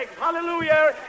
Hallelujah